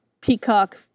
peacock